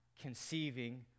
conceiving